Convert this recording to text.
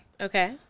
Okay